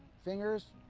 fingers,